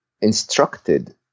instructed